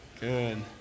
Good